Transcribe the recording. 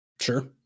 Sure